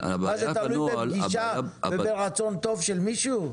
מה זה תלוי בפגישה או ברצון טוב של מישהו?